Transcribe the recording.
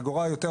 אגורה יותר,